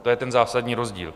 To je ten zásadní rozdíl.